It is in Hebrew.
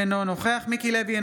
אינו נוכח מיקי לוי,